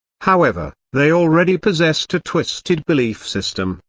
however, they already possessed a twisted belief system,